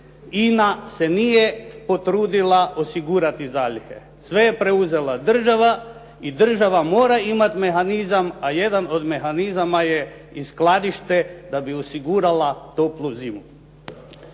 INA se nije potrudila osigurati zalihe. Sve je preuzela država i država mora imati mehanizama. A jedan od mehanizama je i skladište da bi osigurala toplu zimu.